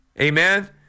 Amen